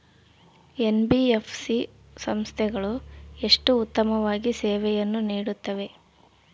NBFC ಸಂಸ್ಥೆಗಳು ಎಷ್ಟು ಉತ್ತಮವಾಗಿ ಸೇವೆಯನ್ನು ನೇಡುತ್ತವೆ?